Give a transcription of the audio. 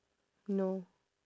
no